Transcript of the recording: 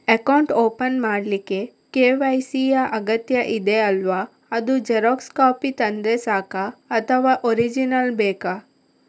Account open ಮಾಡ್ಲಿಕ್ಕೆ KYC ಯಾ ಅಗತ್ಯ ಇದೆ ಅಲ್ವ ಅದು ಜೆರಾಕ್ಸ್ ಕಾಪಿ ತಂದ್ರೆ ಸಾಕ ಅಥವಾ ಒರಿಜಿನಲ್ ಬೇಕಾ?